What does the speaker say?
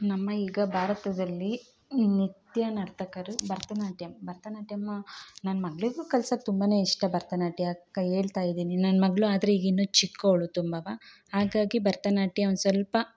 ನಮ್ಮ ಈಗ ಭಾರತದಲ್ಲಿ ನಿತ್ಯ ನರ್ತಕರು ಭರತನಾಟ್ಯಂ ಭರತನಾಟ್ಯಂ ನನ್ನ ಮಗಳಿಗು ಕಲಿಸೋಕ್ಕೆ ತುಂಬನೇ ಇಷ್ಟ ಭರತನಾಟ್ಯಕ್ಕೆ ಹೇಳ್ತಾ ಇದ್ದೀನಿ ನನ್ನ ಮಗಳು ಆದ್ರೆ ಈಗ ಇನ್ನು ಚಿಕ್ಕವಳು ತುಂಬ ಹಾಗಾಗಿ ಭರತನಾಟ್ಯ ಒಂದು ಸ್ವಲ್ಪ